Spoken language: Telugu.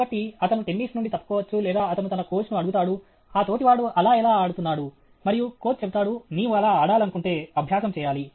కాబట్టి అతను టెన్నిస్ నుండి తప్పుకోవచ్చు లేదా అతను తన కోచ్ను అడుగుతాడు ఆ తోటివాడు అలా ఎలా ఆడుతున్నాడు మరియు కోచ్ చెబుతాడు నీవు అలా ఆడాలనుకుంటే అభ్యాసం చేయాలి